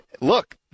Look